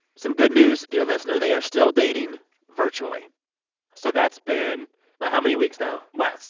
some good news, dear listener, they are still dating virtually so that's been like how many weeks now? what?